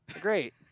Great